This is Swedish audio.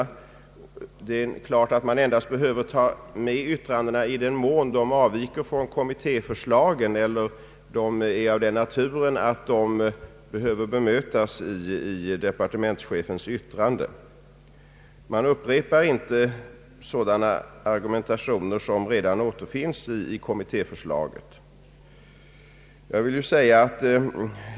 Det är givet att man endast behöver ta med yttrandena i den mån de avviker från kommittéförslagen eller är av den naturen att de behöver bemötas i departementschefens yttrande. Man upprepar inte sådana argumentationer som redan finns i kommittéförslagen.